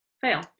fail